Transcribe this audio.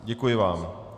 Děkuji vám.